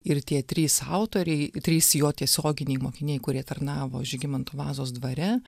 ir tie trys autoriai trys jo tiesioginiai mokiniai kurie tarnavo žygimanto vazos dvare